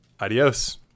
Adios